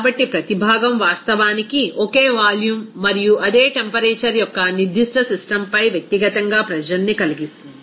కాబట్టి ప్రతి భాగం వాస్తవానికి ఒకే వాల్యూమ్ మరియు అదే టెంపరేచర్ యొక్క నిర్దిష్ట సిస్టమ్పై వ్యక్తిగతంగా ప్రెజర్ ని కలిగిస్తుంది